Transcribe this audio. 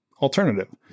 alternative